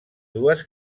dues